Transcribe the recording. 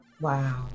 Wow